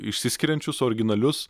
išsiskiriančius originalius